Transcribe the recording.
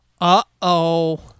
Uh-oh